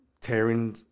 tearing